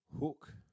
Hook